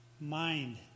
mind